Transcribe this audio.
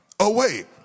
Away